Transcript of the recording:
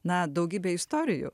na daugybė istorijų